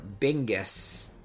Bingus